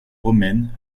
romaine